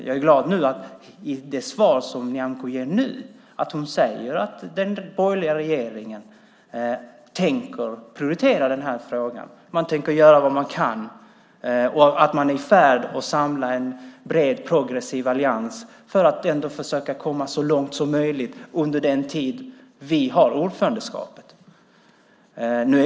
Jag är dock glad att Nyamko i sitt svar nu säger att den borgerliga regeringen tänker prioritera frågan, att man tänker göra vad man kan och att man är i färd med att samla en bred, progressiv allians för att ändå försöka komma så långt som möjligt under vårt ordförandeskap.